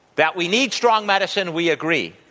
that we need strong medicine, we agree.